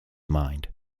mind